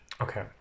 okay